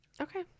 Okay